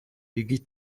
იგი